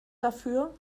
dafür